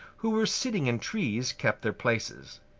who were sitting in trees, kept their places.